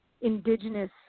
indigenous